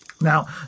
Now